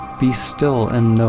be still and